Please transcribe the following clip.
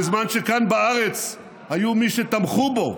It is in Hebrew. בזמן שכאן בארץ היו מי שתמכו בו,